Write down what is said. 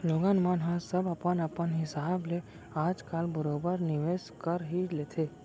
लोगन मन ह सब अपन अपन हिसाब ले आज काल बरोबर निवेस कर ही लेथे